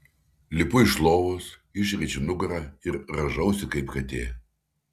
lipu iš lovos išriečiu nugarą ir rąžausi kaip katė